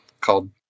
called